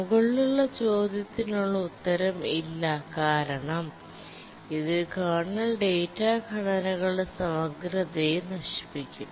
മുകളിലുള്ള ചോദ്യത്തിനുള്ള ഉത്തരം ഇല്ല കാരണം അത് കേർണൽ ഡാറ്റാ ഘടനകളുടെ സമഗ്രതയെ നശിപ്പിക്കും